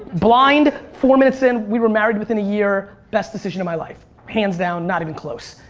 blind, four minutes in. we were married within a year best decision of my life. hands down, not even close.